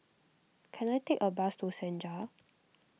can I take a bus to Senja